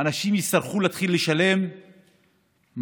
אנשים יצטרכו להתחיל לשלם משכנתאות,